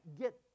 get